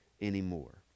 anymore